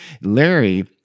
Larry